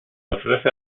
ofrece